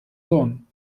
sohn